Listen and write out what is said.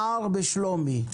נער בשלומי,